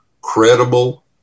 credible